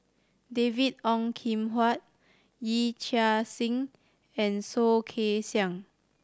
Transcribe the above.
David Ong Kim Huat Yee Chia Hsing and Soh Kay Siang